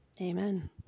Amen